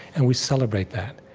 and we celebrate that.